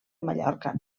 mallorca